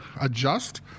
adjust